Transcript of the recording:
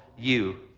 you.